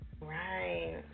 Right